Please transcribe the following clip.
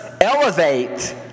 elevate